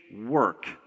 work